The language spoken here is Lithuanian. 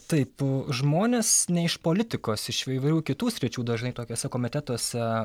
taip žmonės ne iš politikos iš įvairių kitų sričių dažnai tokiuose komitetuose